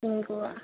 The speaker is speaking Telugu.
ఇంగువ